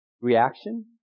Reaction